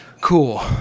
Cool